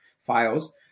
files